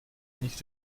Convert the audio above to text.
nicht